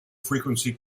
frequency